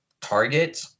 Target